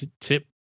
tip